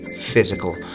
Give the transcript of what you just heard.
physical